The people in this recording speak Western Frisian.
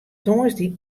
tongersdei